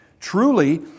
Truly